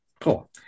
cool